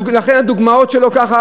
לכן הדוגמאות שלו ככה,